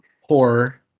horror